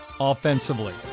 offensively